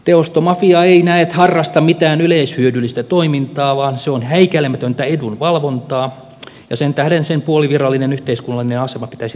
teosto mafia ei näet harrasta mitään yleishyödyllistä toimintaa vaan se on häikäilemätöntä edunvalvontaa ja sen tähden sen puolivirallinen yhteiskunnallinen asema pitäisi riisua siltä pois